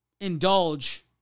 indulge